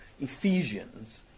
Ephesians